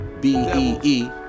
B-E-E